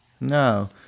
No